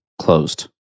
closed